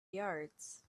yards